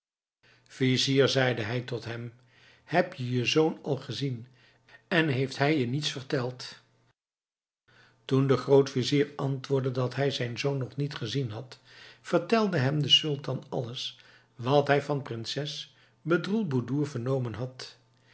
zeide hij tot hem heb je je zoon al gezien en heeft hij je niets verteld toen de grootvizier antwoordde dat hij zijn zoon nog niet gezien had vertelde hem de sultan alles wat hij van prinses bedroelboedoer vernomen had